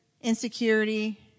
insecurity